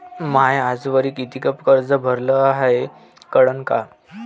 म्या आजवरी कितीक कर्ज भरलं हाय कळन का?